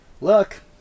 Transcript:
look